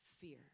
fear